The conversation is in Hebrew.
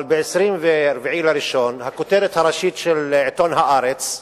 אבל ב-24 בינואר הכותרת הראשית של עיתון "הארץ",